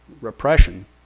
repression